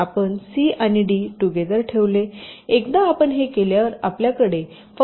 तर एकदा आपण हे केल्यावर आपल्याकडे फक्त ई राहील